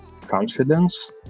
confidence